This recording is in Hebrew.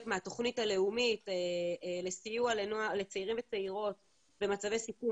מהתוכנית הלאומית לסיוע לצעירים וצעירות במצבי סיכון